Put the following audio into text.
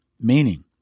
Meaning